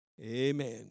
Amen